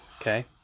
Okay